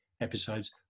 episodes